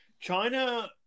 China